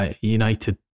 United